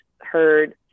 heard